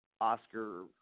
Oscar